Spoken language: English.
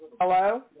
hello